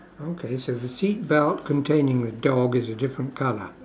okay so the seat belt containing the dog is a different colour